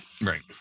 right